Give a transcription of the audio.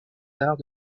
arts